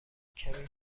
کمی